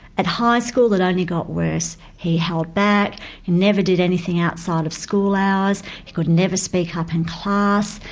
at high school it only got worse, he held back, he never did anything outside of school hours, he could never speak up in class,